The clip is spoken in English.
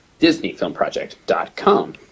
DisneyFilmProject.com